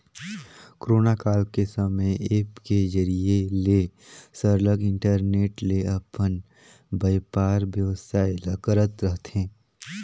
corona काल के समे ऐप के जरिए ले सरलग इंटरनेट ले अपन बयपार बेवसाय ल करत रहथें